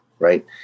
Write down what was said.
right